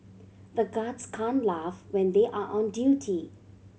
the guards can laugh when they are on duty